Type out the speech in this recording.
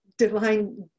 divine